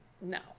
no